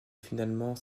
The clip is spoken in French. finalement